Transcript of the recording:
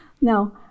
Now